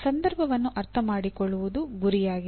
ಸಂದರ್ಭವನ್ನು ಅರ್ಥಮಾಡಿಕೊಳ್ಳುವುದು ಗುರಿಯಾಗಿದೆ